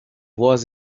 was